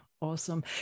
awesome